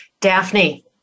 Daphne